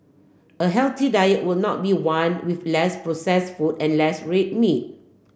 a healthy diet would not be one with less processed food and less red meat